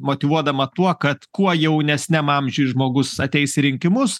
motyvuodama tuo kad kuo jaunesniam amžiuj žmogus ateis į rinkimus